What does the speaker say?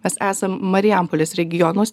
mes esam marijampolės regionuos